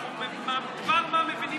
אנחנו מבינים דבר מה בכלכלה,